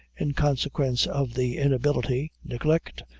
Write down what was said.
in consequence of the inability, neglect,